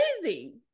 crazy